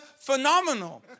phenomenal